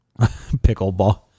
Pickleball